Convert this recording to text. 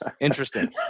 Interesting